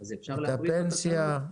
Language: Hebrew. את הפנסיה.